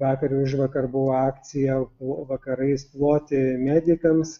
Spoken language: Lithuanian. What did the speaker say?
vakar ir užvakar buvo akcija o vakarais ploti medikams